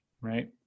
Right